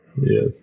Yes